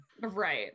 Right